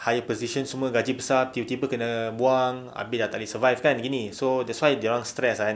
high position semua gaji besar tiba-tiba kena buang abeh tak boleh survive kan gini so that's why dorang stress kan